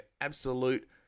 absolute